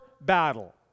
battle